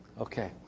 Okay